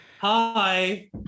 Hi